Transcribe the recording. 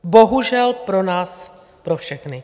Bohužel pro nás pro všechny.